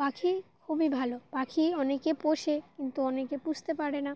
পাখি খুবই ভালো পাখি অনেকে পোষে কিন্তু অনেকে পুষতে পারে না